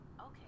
Okay